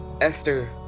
Esther